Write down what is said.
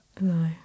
no